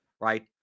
right